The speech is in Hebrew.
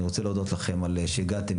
אני רוצה להודות לכם על שהגעתם,